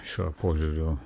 šiuo požiūriu